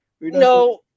no